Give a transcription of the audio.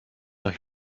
noch